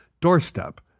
doorstep